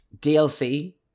DLC